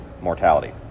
mortality